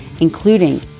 including